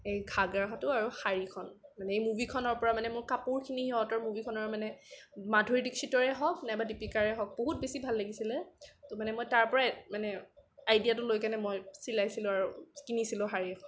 এই ঘাগৰাটো আৰু শাড়ীখন মানে এই মুভিখনৰ পৰা মানে মোৰ কাপোৰখিনি সিহঁতৰ মুভিখনৰ মানে মাধুৰী দীক্ষিতৰে হওক নাইবা দীপিকাৰে হওক বহুত বেছি ভাল লাগিছিলে তো মানে মই তাৰ পৰা মানে আইডিয়াটো লৈ কেনে মই চিলাইছিলোঁ আৰু কিনিছিলোঁ শাড়ী এখন